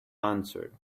answered